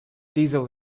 diesel